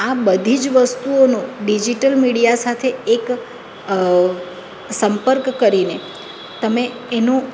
આ બધી જ વસ્તુઓનો ડિઝિટલ મીડિયા સાથે એક સંપર્ક કરીને તમે એનું